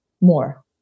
more